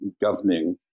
governing